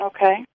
Okay